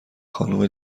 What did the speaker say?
خانم